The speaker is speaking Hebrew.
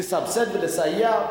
לסבסד ולסייע,